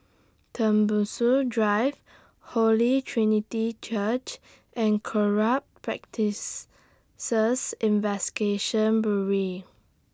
Tembusu Drive Holy Trinity Church and Corrupt Practices Investigation Bureau